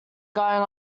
going